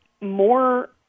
more